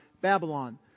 Babylon